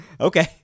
okay